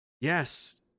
yes